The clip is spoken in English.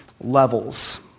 levels